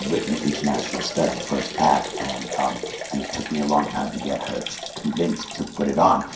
written international stud, the first act, and um and it took me a long time to get her convinced to put it on,